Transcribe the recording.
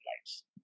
lights